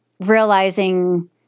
realizing